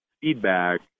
feedback